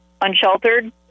unsheltered